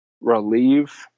relieve